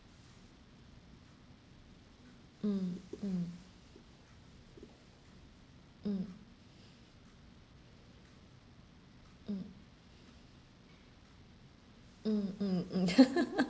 mm mm mm mm mm mm mm